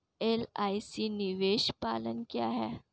LIC निवेश plan क्या है?